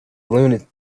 lunatic